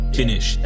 finish